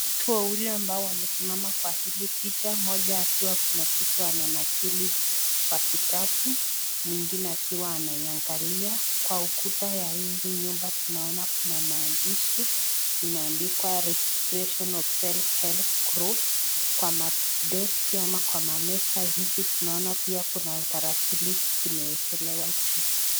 Watu wawili wamesimama kwa hili picha. Mmoja akiwa kuna kitu ananakili kwa kitabu. Mwingine akiwa anaiangalia. Kwa ukuta ya hii nyumba tunaona kuna maandishi imeandikwa Registration of Self-Help Group . Kwa desk ama kwa meza hizi tunaona pia kuna tarakilishi zimewekelewa juu.